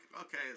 okay